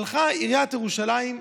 הלכה עיריית ירושלים,